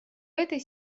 этой